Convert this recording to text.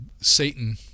Satan